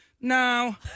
no